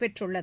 பெற்றுள்ளது